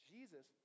Jesus